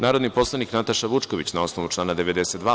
Narodni poslanik Nataša Vučković, na osnovu člana 92.